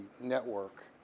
network